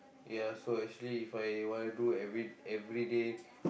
ya so actually If I want do every everyday